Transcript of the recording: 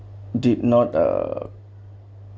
did not uh